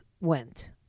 went